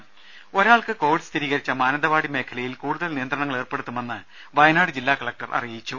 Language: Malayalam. രുദ ഒരാൾക്ക് കോവിഡ് സ്ഥിരീകരിച്ച മാനന്തവാടി മേഖലയിൽ കൂടുതൽ നിയന്ത്രണങ്ങൾ ഏർപ്പെടുത്തുമെന്ന് വയനാട് ജില്ലാ കളക്ടർ പറഞ്ഞു